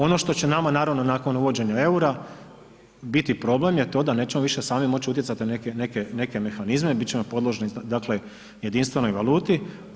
Ono što će nama naravno nakon uvođenja eura biti problem je to da nećemo više sami moći utjecati na neke mehanizme, biti ćemo podložni dakle jedinstvenoj valuti.